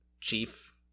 Chief